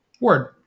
Word